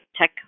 tech